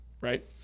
right